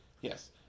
Yes